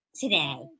today